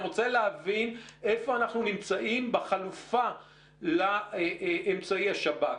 אני רוצה להבין איפה אנחנו נמצאים בחלופה לאמצעי השב"כ.